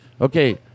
Okay